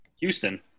Houston